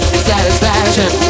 satisfaction